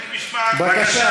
בבקשה,